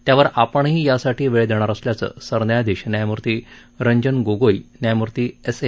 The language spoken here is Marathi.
त्यावर आपणही यासाठी वेळ देणार असल्याचं सरन्यायाधीश न्यायमूर्ती रंजन गोगोई न्यायमूर्ती एस ए